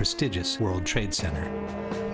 prestigious world trade center